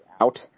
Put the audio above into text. out